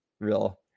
Real